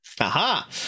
aha